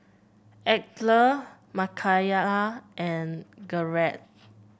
Edythe Mckayla and Garrett